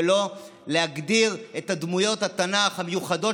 ולא להגדיר את דמויות התנ"ך המיוחדות